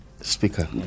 Speaker